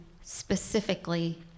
specifically